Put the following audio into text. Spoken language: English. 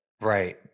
Right